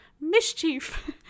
Mischief